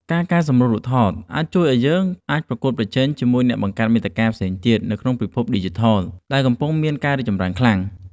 ការកែសម្រួលរូបថតអាចជួយឱ្យយើងអាចប្រកួតប្រជែងជាមួយអ្នកបង្កើតមាតិកាផ្សេងទៀតនៅក្នុងពិភពឌីជីថលដែលកំពុងមានការរីកចម្រើនខ្លាំង។